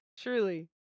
Truly